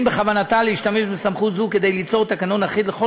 בכוונתה להשתמש בסמכות זו כדי ליצור תקנון אחיד לכל